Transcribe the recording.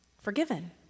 forgiven